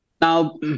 Now